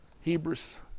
Hebrews